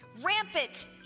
rampant